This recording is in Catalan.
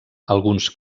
alguns